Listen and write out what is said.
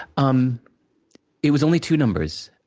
um it was only two numbers.